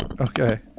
Okay